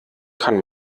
kann